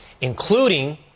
including